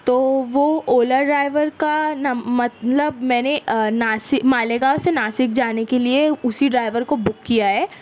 تو وہ اولا ڈرائیور کا نا مطلب میں نے ناسک مالیگاؤں سے ناسک جانے کے لیے اسی ڈرائیور کو بک کیا ہے